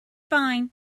find